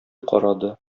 карады